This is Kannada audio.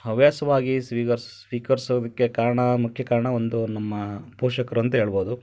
ಹವ್ಯಾಸವಾಗಿ ಸ್ವೀಕರ್ಸಿ ಸ್ವೀಕರ್ಸೋದಕ್ಕೆ ಕಾರಣ ಮುಖ್ಯ ಕಾರಣ ಒಂದು ನಮ್ಮ ಪೋಷಕರು ಅಂತ ಹೇಳ್ಬೋದು